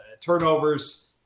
turnovers